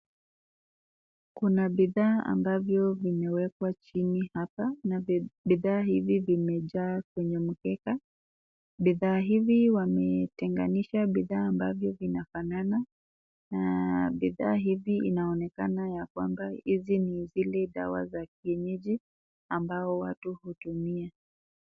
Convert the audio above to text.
Kuna bidhaa ambavyo vimewekwa chini hapa na bidhaa hivi vimejaa kwenye mkeka. Bidhaa hivi, wametenganisha bidhaa ambavyo vinafanana na bidhaa hivi inaonekana ya kwamba hizi ni zile dawa za kienyeji ambao watu hutumia.